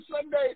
Sunday